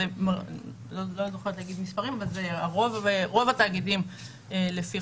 אני לא זוכרת לומר מספרים אבל רוב התאגידים לפי